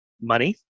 money